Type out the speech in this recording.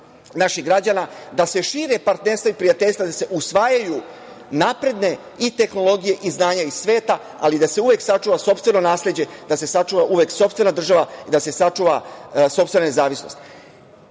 naših građana, da se šire partnerstva i prijateljstva, da se usvajaju napredne i tehnologije i znanja iz sveta, ali da se uvek sačuva sopstveno nasleđe, da se sačuva uvek sopstvena država i da se sačuva sopstvena nezavisnost. Takvu